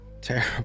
terrible